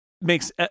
makes